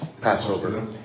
Passover